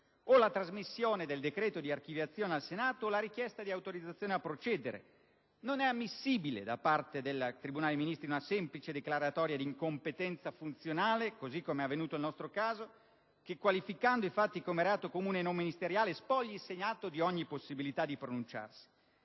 la trasmissione del decreto di archiviazione al Senato o la richiesta dell'autorizzazione a procedere. Non è ammissibile, da parte del tribunale dei ministri, una semplice declaratoria di incompetenza funzionale (così come è avvenuto nel nostro caso) che, qualificando i fatti come reato comune e non ministeriale, spogli il Senato di ogni possibilità di pronunciarsi.